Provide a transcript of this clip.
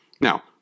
Now